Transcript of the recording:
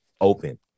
Open